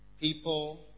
people